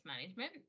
management